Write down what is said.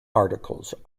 articles